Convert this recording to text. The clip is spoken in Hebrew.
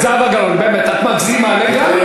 חברת הכנסת זהבה גלאון, באמת, את מגזימה לגמרי.